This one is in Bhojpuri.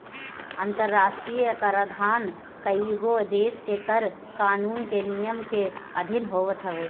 अंतरराष्ट्रीय कराधान कईगो देस के कर कानून के नियम के अधिन होत हवे